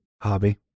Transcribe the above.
Hobby